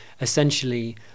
essentially